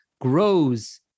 grows